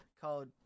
called